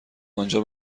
آنجا